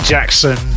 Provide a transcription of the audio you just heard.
Jackson